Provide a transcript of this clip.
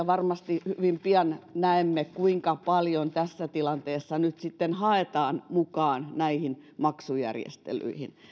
varmasti hyvin pian näemme kuinka paljon tässä tilanteessa nyt sitten haetaan mukaan näihin maksujärjestelyihin